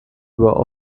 über